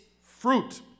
fruit